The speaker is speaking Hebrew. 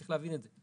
צריך להבין את זה,